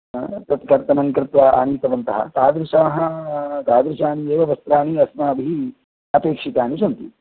हा तत् कर्तनं कृत्वा आनीतवन्तः तादृशाः तादृशान्येव वस्त्राणि अस्माभिः अपेक्षितानि सन्ति